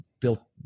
built